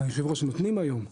נותנים היום.